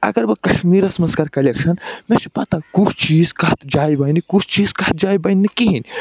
اگر بہٕ کشمیٖرس منٛز کَرٕ کۅلٮ۪کشن مےٚ چھِ پتاہ کُس چیٖز کَتھ جایہِ بنہِ کُس چیٖز کَتھ جایہِ بنہِ نہٕ کِہیٖنٛۍ